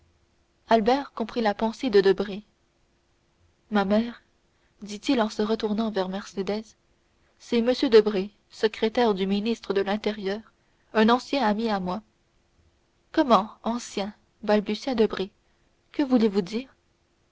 albert comprit la pensée de debray ma mère dit-il en se retournant vers mercédès c'est m debray secrétaire du ministre de l'intérieur un ancien ami à moi comment ancien balbutia debray que voulez-vous dire